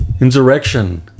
Insurrection